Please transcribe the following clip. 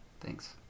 Thanks